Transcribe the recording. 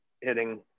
hitting